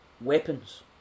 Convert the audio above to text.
weapons